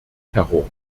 terror